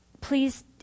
please